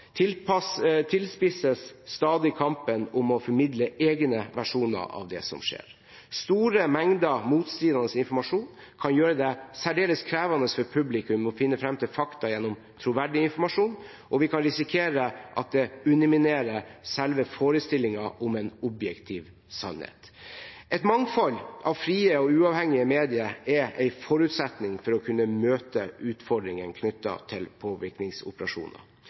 tilspisses stadig kampen om å formidle egne versjoner av det som skjer. Store mengder motstridende informasjon kan gjøre det særdeles krevende for publikum å finne fram til fakta gjennom troverdig informasjon, og vi kan risikere at det underminerer selve forestillingen om en objektiv sannhet. Et mangfold av frie og uavhengige medier er en forutsetning for å kunne møte utfordringen knyttet til påvirkningsoperasjoner.